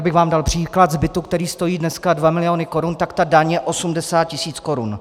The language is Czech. Abych vám dal příklad, z bytu, který stojí dnes 2 miliony korun, tak daň je 80 tisíc korun.